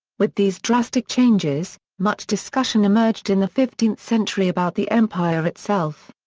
with these drastic changes, much discussion emerged in the fifteenth century about the empire itself.